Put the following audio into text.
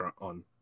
on